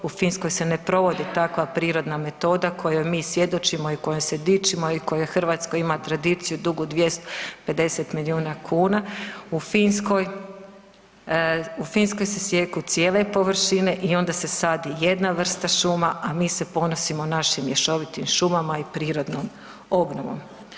U Finskoj se ne provodi takva prirodna metoda kojoj mi svjedočimo i kojom se dičimo i kojoj Hrvatska tradiciju dugu 250 miliona kuna, u Finskoj se sijeku cijele površine i onda se sadi jedna vrsta šuma, a mi se ponosimo našim mješovitim šumama i prirodnom obnovom.